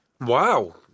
Wow